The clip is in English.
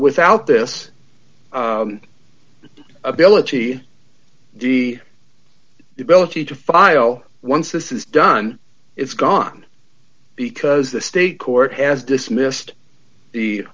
without this ability the ability to file once this is done it's gone because the state court has dismissed the